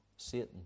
Satan